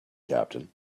captain